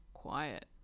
quiet